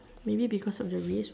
maybe because of the risk